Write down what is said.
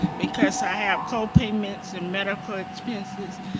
because i have copayments and medical expenses.